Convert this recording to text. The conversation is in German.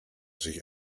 sich